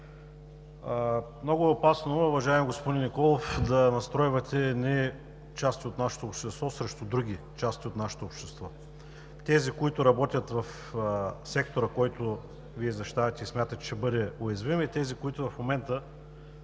Много е опасно, уважаеми господин Николов, да настройвате едни части от нашето общество срещу други части от нашето общество – тези, които работят в сектора, които Вие защитавате и смятате, че ще бъдат уязвими, и тези, които в момента